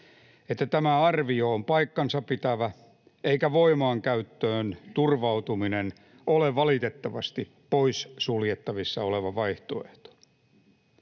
että tämä arvio on paikkansa pitävä eikä voimankäyttöön turvautuminen ole valitettavasti poissuljettavissa oleva vaihtoehto.